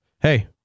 hey